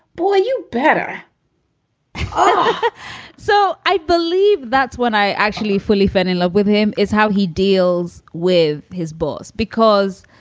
boy, you better but so i believe that's when i actually fully felt in love with him, is how he deals with his boss because.